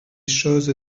choses